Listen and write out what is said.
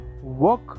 work